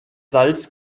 salz